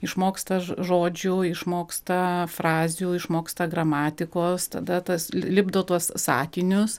išmoksta žodžių išmoksta frazių išmoksta gramatikos tada tas li lipdo tuos sakinius